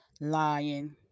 lying